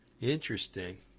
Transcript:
Interesting